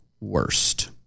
worst